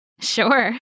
Sure